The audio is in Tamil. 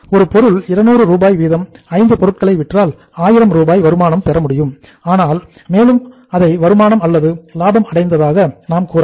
ஒரு பொருள் 200 ரூபாய் வீதம் ஐந்து பொருட்களை விற்றால் ஆயிரம் ரூபாய் வருமானம் பெற முடியும் மேலும் அதை வருமானம் அல்லது லாபம் அடைந்ததாக நாம் கூறலாம்